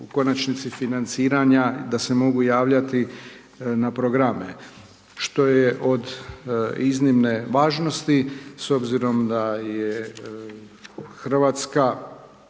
u konačnici financiranja, da se mogu javljati na programe što je od iznimne važnosti s obzirom da je Hrvatska